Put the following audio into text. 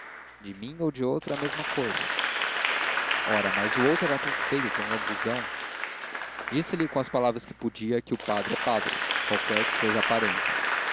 de mim ou de outro é a mesma cousa ora mas o outro era tão feio tão lambuzão disse-lhe com as palavras que podia que o padre é padre qualquer que seja a aparência